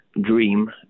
Dream